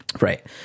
Right